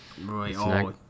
Right